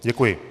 Děkuji.